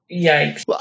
Yikes